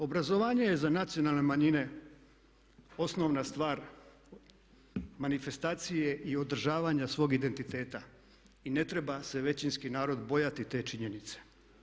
Obrazovanje je za nacionalne manjine osnovna stvar manifestacije i održavanja svog identiteta i ne treba se većinski narod bojati te činjenice.